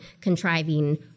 contriving